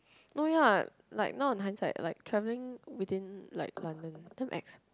oh ya like now in hindsight like travelling within like London damn ex